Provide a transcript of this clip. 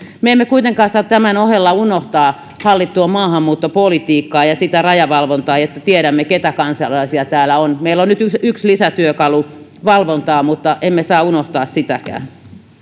me emme kuitenkaan saa unohtaa hallittua maahanmuuttopolitiikkaa ja rajavalvontaa niin että tiedämme keitä kansalaisia täällä on meillä on nyt yksi lisätyökalu valvontaan mutta emme saa unohtaa sitäkään